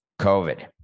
COVID